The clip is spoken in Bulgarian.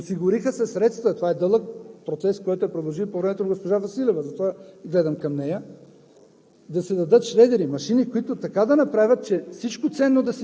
осигуриха се средства – и европейски, да се открият регионални. Осигуриха се средства, това е дълъг процес, който продължи по времето на госпожа Василева, затова гледам към нея,